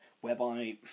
whereby